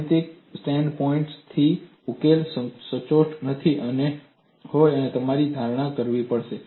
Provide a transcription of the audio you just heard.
ગાણિતિક standpoint થી ઉકેલ સચોટ નહીં હોય તમારે તેની ધારણા કરવી પડશે